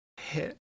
hit